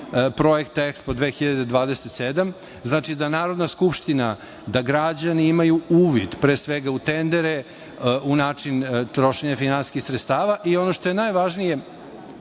projekta EKSPO 2027. Znači, da Narodna skupština, da građani imaju uvid, pre svega, u tendere, u način trošenja finansijskih sredstava i, ono što je najvažnije,